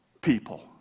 people